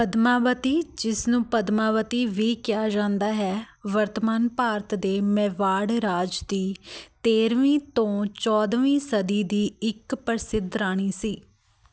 ਪਦਮਾਵਤੀ ਜਿਸ ਨੂੰ ਪਦਮਾਵਤੀ ਵੀ ਕਿਹਾ ਜਾਂਦਾ ਹੈ ਵਰਤਮਾਨ ਭਾਰਤ ਦੇ ਮੈਵਾੜ ਰਾਜ ਦੀ ਤੇਰਵੀਂ ਤੋਂ ਚੌਦਵੀਂ ਸਦੀ ਦੀ ਇੱਕ ਪ੍ਰਸਿੱਧ ਰਾਣੀ ਸੀ